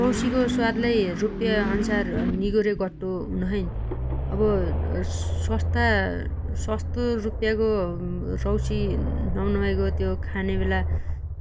रौसीगो स्वाद लै रुप्प्या अन्सार निगो रे गट्टो हुनोछइन । अब सस्ता सस्तो रुप्पेगो रौसी नम्नमाइगो त्यो खानेबेला